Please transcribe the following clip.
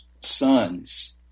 sons